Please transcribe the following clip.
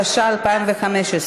התשע"ה 2015,